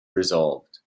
resolved